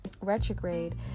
retrograde